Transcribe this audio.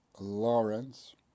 Lawrence